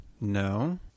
No